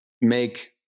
make